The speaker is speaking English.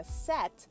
set